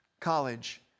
college